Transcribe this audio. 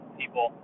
people